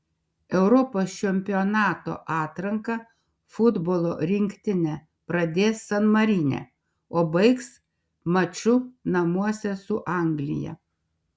europos čempionato atranką futbolo rinktinė pradės san marine o baigs maču namuose su anglija